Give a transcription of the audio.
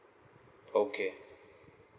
okay